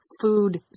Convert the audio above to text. food